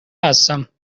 هستم